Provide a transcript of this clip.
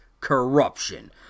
Corruption